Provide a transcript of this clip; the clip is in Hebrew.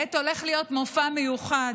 כעת הולך להיות מופע מיוחד